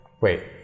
Wait